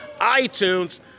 iTunes